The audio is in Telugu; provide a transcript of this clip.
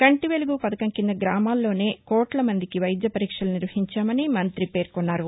కంటీ వెలుగు పథకం కింద గ్రామాల్లోనే కోట్ల మందికి వైద్య పరీక్షలు నిర్వహించామని మంఁతి పేర్కొన్నారు